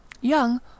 young